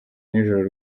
n’ijoro